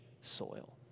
soil